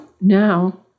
now